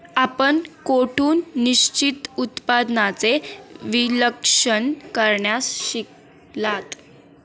आपण कोठून निश्चित उत्पन्नाचे विश्लेषण करण्यास शिकलात?